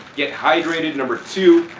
get hydrated. number two,